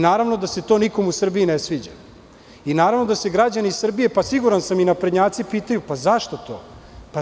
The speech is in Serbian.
Naravno da se to nikom u Srbiji ne sviđa i naravno da se građani Srbije, pa siguran sam i naprednjaci pitaju zašto to.